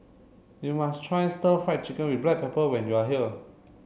you must try stir fry chicken with black pepper when you are here